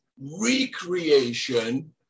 recreation